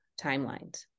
timelines